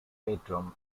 bedroom